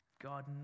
God